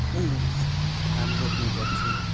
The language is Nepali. धान रोप्ने गर्छु